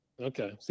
Okay